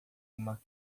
uma